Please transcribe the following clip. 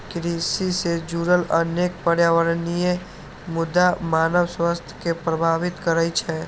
कृषि सं जुड़ल अनेक पर्यावरणीय मुद्दा मानव स्वास्थ्य कें प्रभावित करै छै